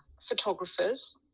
photographers